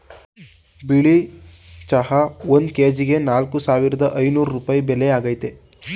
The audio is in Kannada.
ಬಿಳಿ ಚಹಾ ಒಂದ್ ಕೆಜಿಗೆ ನಾಲ್ಕ್ ಸಾವಿರದ ಐನೂರ್ ರೂಪಾಯಿ ಬೆಲೆ ಆಗೈತೆ